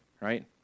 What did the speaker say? right